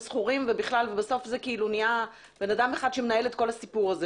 שכורים ובסוף זה אדם אחד שמנהל את הסיפור זה,